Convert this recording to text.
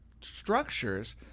structures